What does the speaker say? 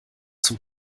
zum